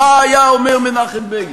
בימי מנחם בגין,